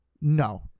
No